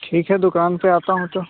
ठीक है दुकान पर आता हूँ तो